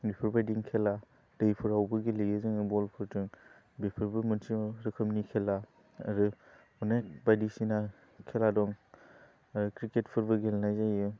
बेफोरबायदि खेला दैफोरावबो गेलेयो जोङो बलफोरजों बेफोरबो मोनसे रोखोमनि खेला आरो अनेक बायदिसिना खेला खेला दं क्रिकेटफोरबो गेलेनाय जायो